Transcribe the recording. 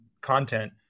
content